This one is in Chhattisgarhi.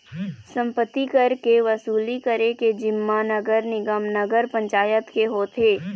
सम्पत्ति कर के वसूली करे के जिम्मा नगर निगम, नगर पंचायत के होथे